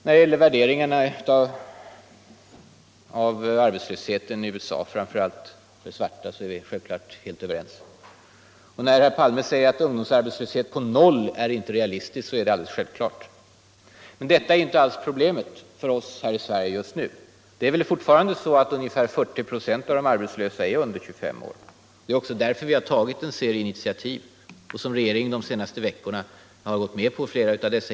I fråga om värderingarna av arbetslösheten, framför allt när det gäller de svarta i USA, är vi självfallet helt överens. Och när herr Palme säger att en ungdomsarbetslöshet på noll inte är realistisk, så är det alldeles självklart. Men detta är inte alls problemet för oss här i Sverige just nu. Fortfarande är ungefär 40 96 av de arbetslösa under 25 år. Det är också därför som vi har tagit en rad initiativ. Regeringen har under de senaste veckorna gått med på flera av dem.